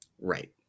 Right